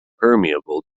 permeable